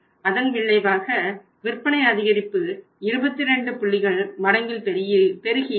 அதன் விளைவாக விற்பனை அதிகரிப்பு 22 புள்ளிகள் மடங்கில் பெருகியிருக்கும்